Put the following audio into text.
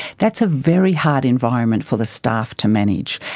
that's a very hard environment for the staff to manage.